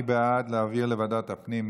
מי בעד להעביר לוועדת הפנים?